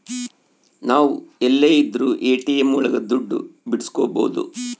ನಾವ್ ಎಲ್ಲೆ ಇದ್ರೂ ಎ.ಟಿ.ಎಂ ಒಳಗ ದುಡ್ಡು ಬಿಡ್ಸ್ಕೊಬೋದು